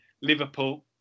Liverpool